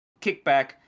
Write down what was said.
kickback